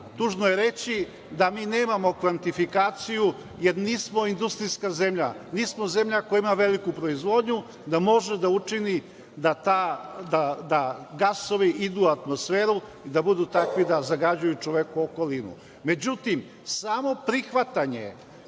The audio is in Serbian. tužno je reći da mi nemamo kvantifikaciju jer nismo industrijska zemlja, nismo zemlja koja ima veliku proizvodnju da može da učini da gasovi idu u atmosferu, da budu takvi da zagađuju čovekovu okolinu. Međutim, samo prihvatanje